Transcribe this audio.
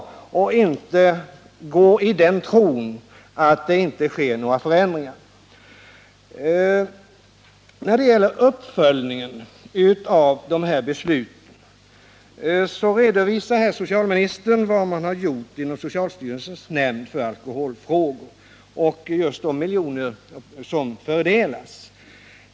Vi får inte gå i den tron att det inte sker några förändringar i läget. När det gäller uppföljningen av besluten redovisar socialministern vad som gjorts inom socialstyrelsens nämnd för alkoholfrågor och hur många miljoner som fördelas på detta område.